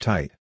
Tight